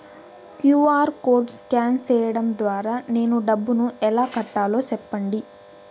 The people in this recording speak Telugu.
క్యు.ఆర్ కోడ్ స్కాన్ సేయడం ద్వారా నేను డబ్బును ఎలా కట్టాలో సెప్పండి?